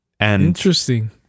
Interesting